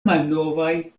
malnovaj